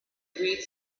read